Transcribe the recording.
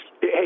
hey